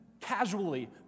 casually